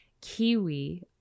kiwi